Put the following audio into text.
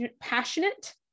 passionate